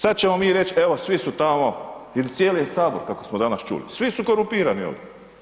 Sada ćemo mi reć evo svi su tamo ili cijeli Sabor kako smo danas čuli, svi su korumpirani ovdje.